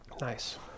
Nice